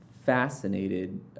fascinated